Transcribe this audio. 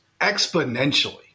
exponentially